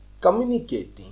communicating